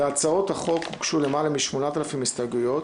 להצעות החוק הוגשו למעלה מ-8,000 הסתייגויות,